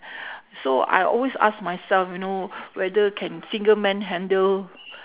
so I always ask myself you know whether can single man handle